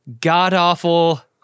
god-awful